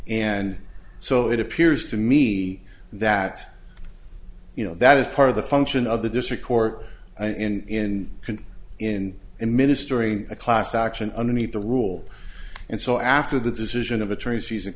and so it appears to me that you know that is part of the function of the district court and in can in in mystery a class action underneath the rule and so after the decision of attorney fees and